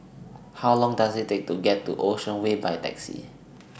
How Long Does IT Take to get to Ocean Way By Taxi